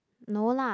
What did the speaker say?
no lah